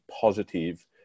positive